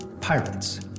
pirates